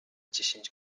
dziesięć